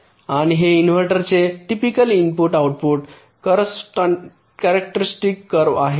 आणि हे इनव्हर्टरचे typical input output characteristic curve आहे